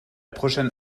prochaine